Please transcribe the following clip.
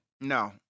No